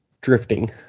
drifting